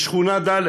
בשכונה ד',